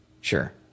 Sure